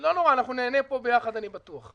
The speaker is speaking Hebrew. לא נורא, אנחנו ניהנה פה ביחד, אני בטוח.